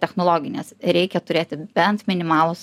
technologinės reikia turėti bent minimalūs